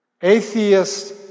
Atheists